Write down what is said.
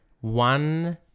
one